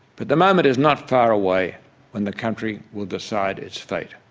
but the moment is not far away when the country will decide its fate.